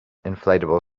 inflatable